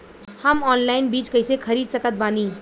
हम ऑनलाइन बीज कइसे खरीद सकत बानी?